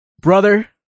Brother